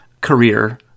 career